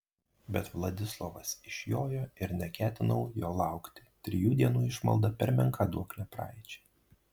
bet vladislovas išjojo ir neketinau jo laukti trijų dienų išmalda per menka duoklė praeičiai